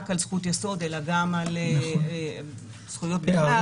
על זכות יסוד אלא גם על זכויות בכלל,